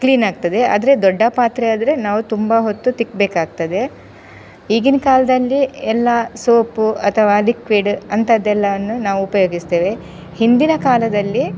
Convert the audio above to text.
ಕ್ಲೀನಾಗ್ತದೆ ಆದರೆ ದೊಡ್ಡ ಪಾತ್ರೆ ಆದರೆ ನಾವು ತುಂಬ ಹೊತ್ತು ತಿಕ್ಕಬೇಕಾಗ್ತದೆ ಈಗಿನ ಕಾಲದಲ್ಲಿ ಎಲ್ಲ ಸೋಪು ಅಥವಾ ಲಿಕ್ವಿಡ್ ಅಂಥದ್ದೆಲ್ಲವನ್ನು ನಾವು ಉಪಯೋಗಿಸ್ತೇವೆ ಹಿಂದಿನ ಕಾಲದಲ್ಲಿ